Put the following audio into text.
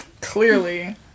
Clearly